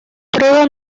prueba